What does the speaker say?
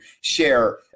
share